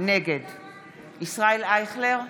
נגד ישראל אייכלר,